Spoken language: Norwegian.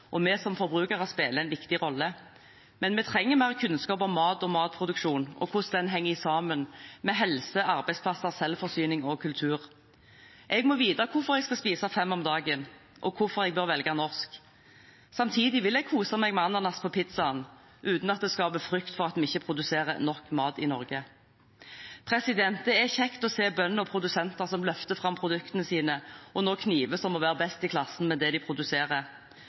Vi som forbrukere spiller en viktig rolle. Men vi trenger mer kunnskap om mat, matproduksjon og hvordan den henger sammen med helse, arbeidsplasser, selvforsyning og kultur. Jeg må vite hvorfor jeg skal spise fem om dagen og hvorfor jeg bør velge norsk. Samtidig vil jeg kose meg med ananas på pizzaen uten at det skaper frykt for at vi ikke produserer nok mat i Norge. Det er kjekt å se bønder og produsenter som løfter fram produktene sine og nå knives om å være best i klassen med det de produserer.